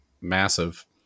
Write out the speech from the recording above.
massive